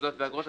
תעודות ואגרות),